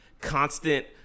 constant